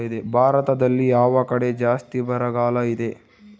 ಭಾರತದಲ್ಲಿ ಯಾವ ಕಡೆ ಜಾಸ್ತಿ ಬರಗಾಲ ಇದೆ?